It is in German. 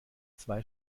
zwei